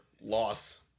loss